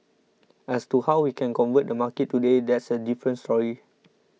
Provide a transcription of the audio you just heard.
as to how we can convert the market today that's a different story